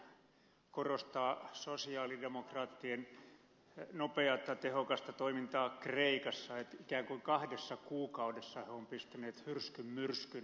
sasi korostaa sosialidemokraattien nopeata tehokasta toimintaa kreikassa että ikään kuin kahdessa kuukaudessa he ovat pistäneet hyrskyn myrskyn